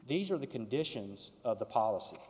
these are the conditions of the policy